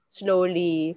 slowly